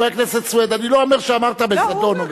חבר הכנסת סוייד, אני לא אומר שאמרת בזדון.